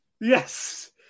yes